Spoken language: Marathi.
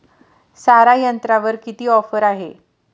सारा यंत्रावर किती ऑफर आहे?